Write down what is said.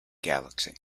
galaxy